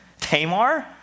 Tamar